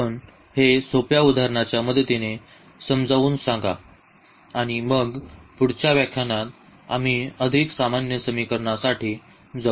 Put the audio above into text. आपण हे सोप्या उदाहरणाच्या मदतीने समजावून सांगा आणि मग पुढच्या व्याख्यानात आम्ही अधिक सामान्य समस्यांसाठी जाऊ